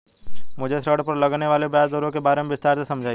मुझे ऋण पर लगने वाली ब्याज दरों के बारे में विस्तार से समझाएं